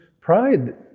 pride